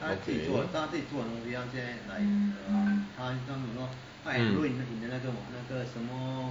okay mm